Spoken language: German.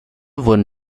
wurden